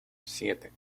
siete